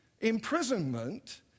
imprisonment